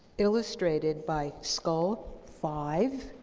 illustrated by skull five,